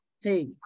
hey